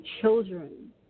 children